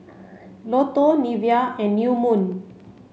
Lotto Nivea and New Moon